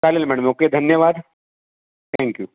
हां चालेल madam okay धन्यवाद थँक्यू